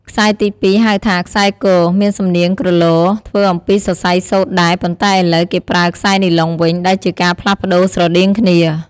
ខ្សែទីពីរ ហៅថា ខ្សែគ មានសំនៀងគ្រលរ ធ្វើអំពីសរសៃសូត្រដែរ ប៉ុន្តែឥឡូវគេប្រើខ្សែនីឡុងវិញ ដែលជាការផ្លាស់ប្តូរស្រដៀងគ្នា។